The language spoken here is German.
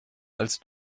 als